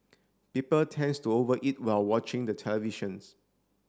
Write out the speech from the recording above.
people tends to over eat while watching the televisions